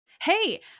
Hey